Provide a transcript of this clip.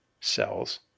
cells